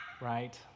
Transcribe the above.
right